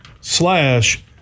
slash